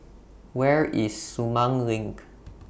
Where IS Sumang LINK